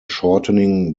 shortening